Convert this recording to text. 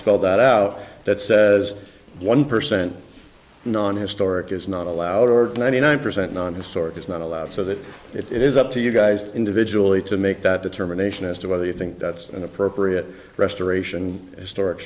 spell that out that says one percent non historic is not allowed or ninety nine percent non historic is not allowed so that it is up to you guys individually to make that determination as to whether you think that's an appropriate restoration stor